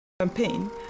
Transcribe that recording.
campaign